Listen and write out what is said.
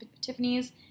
Tiffany's